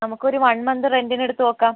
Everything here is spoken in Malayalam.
നമുക്കൊരു വൺ മന്ത് റെൻറ്റിനെടുത്ത് നോക്കാം